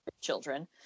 children